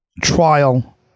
trial